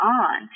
on